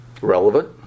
Relevant